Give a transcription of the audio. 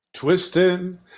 Twisting